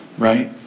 Right